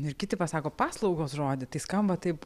ir kiti pasako paslaugos žodį tai skamba taip